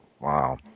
Wow